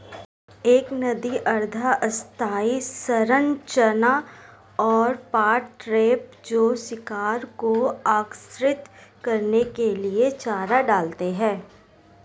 एक नदी अर्ध स्थायी संरचना और पॉट ट्रैप जो शिकार को आकर्षित करने के लिए चारा डालते हैं